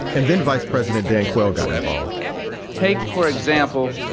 and then vice president dan quayle got involved take, for example,